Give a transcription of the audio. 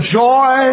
joy